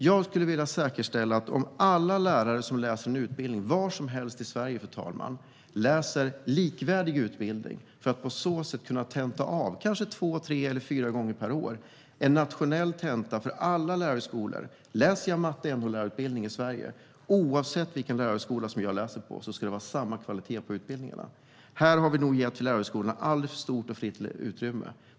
Jag skulle vilja säkerställa att alla lärare som går en utbildning i Sverige får en likvärdig utbildning. De kan tre fyra gånger per år tenta av en nationell tenta för alla lärarhögskolor. Om jag läser till exempel en matte och NO-lärarutbildning ska kvaliteten på utbildningen vara densamma oavsett lärarhögskola. Här har vi nog gett lärarhögskolorna alldeles för stort utrymme.